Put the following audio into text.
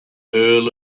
earl